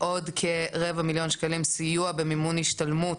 עוד כרבע מיליון שקלים סיוע במימון השתלמות,